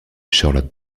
charlotte